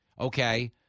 Okay